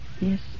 Yes